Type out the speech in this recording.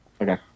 Okay